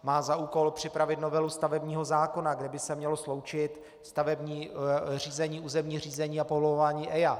Má za úkol připravit novelu stavebního zákona, kde by se mělo sloučit stavební řízení, územní řízení a povolování EIA.